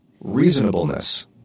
reasonableness